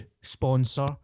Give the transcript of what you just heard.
sponsor